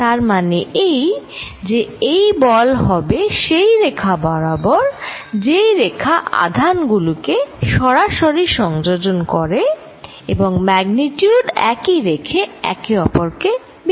তার মানে এই যে এই বল হবে সেই রেখা বরাবর যেই রেখা আধান গুলিকে সরাসরি সংযোজন করে এবং ম্যাগনিচিউড একই রেখে একে অপরকে বিকর্ষণ করবে